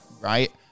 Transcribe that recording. right